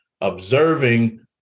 observing